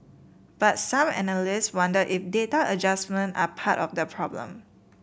but some analysts wonder if data adjustment are part of the problem